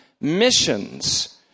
missions